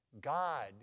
God